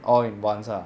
all in once ah